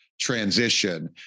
transition